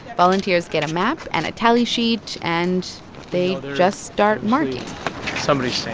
volunteers get a map and a tally sheet, and they just start marking somebody's staying